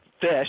fish